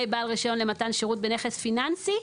בעל רישיון למתן שירות בנכס פיננסי...".